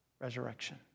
resurrection